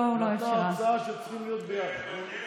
אחרי שהיא נתנה הרצאה שצריכים להיות ביחד.